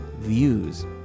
views